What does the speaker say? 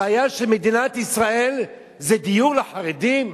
הבעיה של מדינת ישראל זה דיור לחרדים?